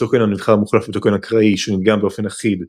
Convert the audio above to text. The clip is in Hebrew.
הטוקן שנבחר מוחלף בטוקן אקראי שנדגם באופן אחיד,